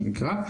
מה שנקרא.